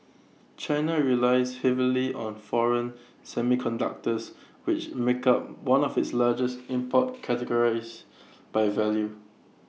China relies heavily on foreign semiconductors which make up one of its largest import categories by value